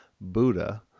buddha